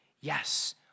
yes